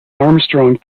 armstrong